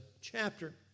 chapter